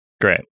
Great